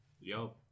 yo